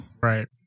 right